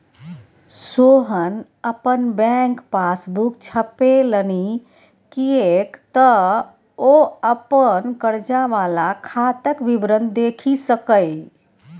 सोहन अपन bank passbook छपेलनि किएक तँ ओ अपन कर्जा वला खाताक विवरण देखि सकय